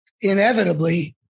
inevitably